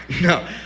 No